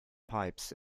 pipes